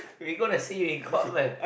we gonna see you in court man